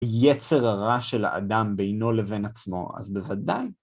יצר הרע של האדם בינו לבין עצמו, אז בוודאי.